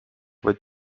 vaid